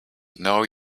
know